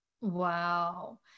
Wow